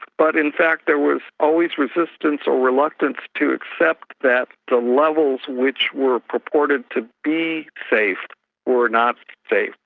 but in fact there was always resistance or reluctance to accept that the levels which were purported to be safe were not safe,